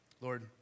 Lord